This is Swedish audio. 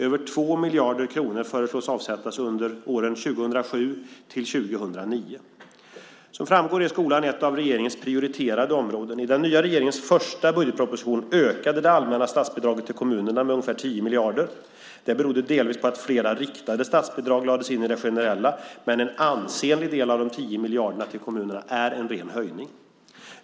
Över 2 miljarder kronor föreslås avsättas under åren 2007-2009. Som framgår är skolan ett av regeringens prioriterade områden. I den nya regeringens första budgetproposition ökade det allmänna statsbidraget till kommunerna med ungefär 10 miljarder kronor. Det berodde delvis på att flera riktade statsbidrag lades in i det generella, men en ansenlig del av de 10 miljarderna är en ren höjning.